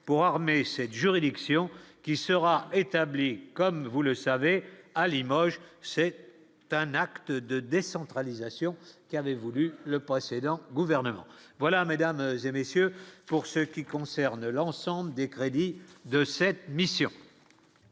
pour armer cette juridiction qui sera établi comme vous le savez, à Limoges, c'est un acte de décentralisation qui avait voulu le précédent gouvernement, voilà, Mesdames et messieurs, pour ce qui concerne l'ensemble des crédits de cette mission.